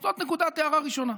זו נקודת הארה ראשונה.